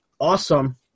awesome